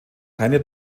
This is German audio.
keine